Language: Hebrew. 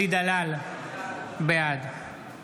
אלי דלל, בעד